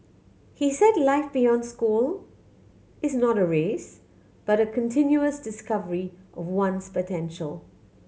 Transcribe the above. he said life beyond school is not a race but a continuous discovery of one's potential